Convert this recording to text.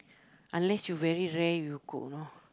unless you very rare you cook you know